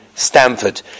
Stanford